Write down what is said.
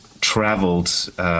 traveled